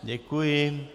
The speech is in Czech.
Děkuji.